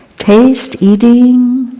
taste, eating,